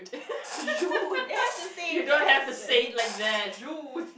Jude it has the same the accent Jude